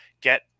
get